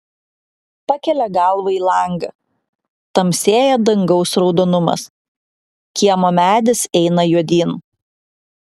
pakelia galvą į langą tamsėja dangaus raudonumas kiemo medis eina juodyn